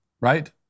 right